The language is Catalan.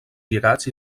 llegats